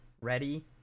ready